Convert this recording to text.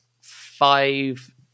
five